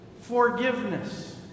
forgiveness